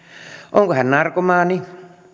onko hän narkomaani